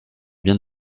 bien